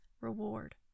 reward